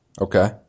Okay